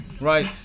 right